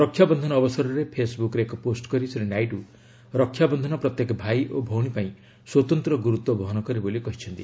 ରକ୍ଷା ବନ୍ଧନ ଅବସରରେ ଫେସ୍ବୁକ୍ରେ ଏକ ପୋଷ୍ଟ କରି ଶ୍ରୀ ନାଇଡୁ ରକ୍ଷା ବନ୍ଧନ ପ୍ରତ୍ୟେକ ଭାଇ ଓ ଭଉଣୀ ପାଇଁ ସ୍ୱତନ୍ତ୍ର ଗୁରୁତ୍ୱ ବହନ କରେ ବୋଲି କହିଛନ୍ତି